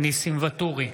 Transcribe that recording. ניסים ואטורי,